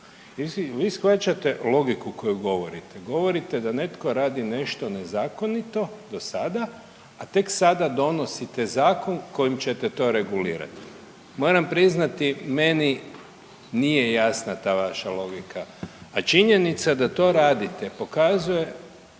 vi shvaćate logiku koju govorite, govorite da netko radi nešto nezakonito do sada, a tek sada donosite zakon kojim ćete to regulirati. Moram priznati meni nije jasna ta vaša logika, a činjenica da to radite pokazuje